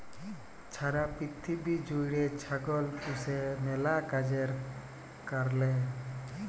ছারা পিথিবী জ্যুইড়ে ছাগল পুষে ম্যালা কাজের কারলে